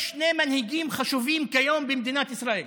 יש שני מנהיגים חשובים כיום במדינת ישראל: